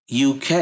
UK